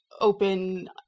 open